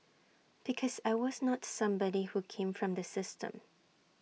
because I was not somebody who came from the system